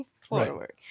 forward